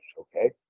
Okay